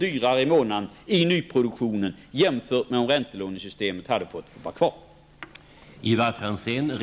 dyrare i månaden inom nyproduktionen jämfört med om räntelånesystemet hade fått vara kvar.